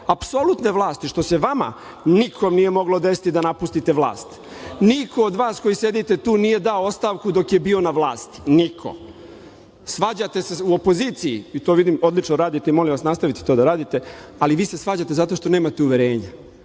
apsolutne vlasti, što se vama nikako nije moglo desiti da napustite vlast. Niko od vas koji sedite tu nije dao ostavku dok je bio na vlasti, niko. Svađate se u opoziciji, i to vidim odlično radite, molim vas nastavite to da radite, ali vi se svađate zato što nemate uverenja,